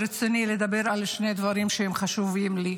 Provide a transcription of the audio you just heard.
ברצוני לדבר על שני דברים שהם חשובים לי: